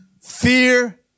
Fear